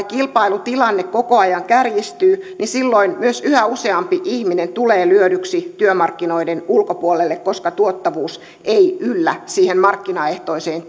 kilpailutilanne koko ajan kärjistyy niin silloin myös yhä useampi ihminen tulee lyödyksi työmarkkinoiden ulkopuolelle koska tuottavuus ei yllä siihen markkinaehtoiseen